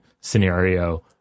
scenario